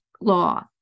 law